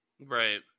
Right